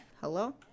hello